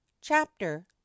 chapter